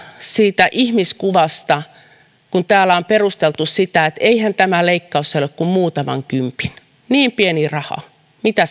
siitä ihmiskuvasta myös se että tätä on perusteltu niin että eihän tämä leikkaus ole kuin muutaman kympin niin pieni raha ja mitä